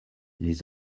les